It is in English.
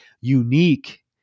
unique